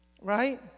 Right